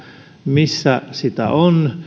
missä sitä on